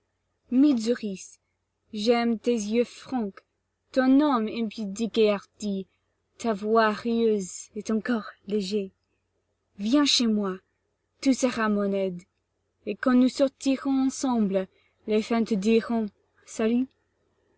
mydzouris j'aime tes yeux francs ton nom impudique et hardi ta voix rieuse et ton corps léger viens chez moi tu seras mon aide et quand nous sortirons ensemble les femmes te diront salut